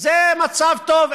זה מצב טוב,